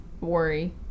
Worry